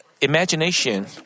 imagination